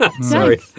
Sorry